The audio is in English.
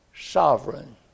sovereign